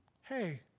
Hey